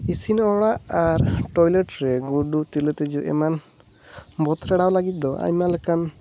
ᱤᱥᱤᱱ ᱚᱲᱟᱜ ᱟᱨ ᱴᱳᱭᱞᱮᱴ ᱨᱮ ᱜᱩᱰᱩ ᱛᱤᱞᱟᱹ ᱛᱩᱡᱩ ᱮᱢᱟᱱ ᱵᱚᱛᱚᱨ ᱮᱲᱟᱣ ᱞᱟᱹᱜᱤᱫ ᱫᱚ ᱟᱭᱢᱟ ᱞᱮᱠᱟᱱ